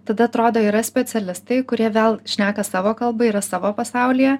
tada atrodo yra specialistai kurie vėl šneka savo kalba yra savo pasaulyje